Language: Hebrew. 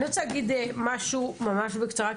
אני רוצה להגיד משהו ממש בקצרה,